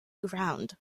ground